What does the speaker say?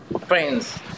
friends